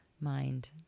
mind